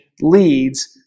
leads